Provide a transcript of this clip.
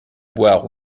boire